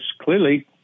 clearly